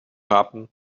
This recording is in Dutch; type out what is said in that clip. rapen